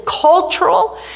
cultural